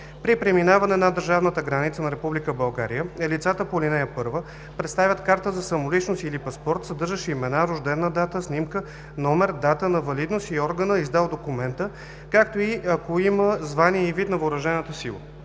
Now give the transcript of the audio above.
При преминаване на държавната граница на Република България лицата по ал. 1 представят карта за самоличност или паспорт, съдържащ имена, рождена дата, снимка, номер, дата на валидност и органа, издал документа, както и ако има звание и вид на въоръжената сила.